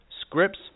scripts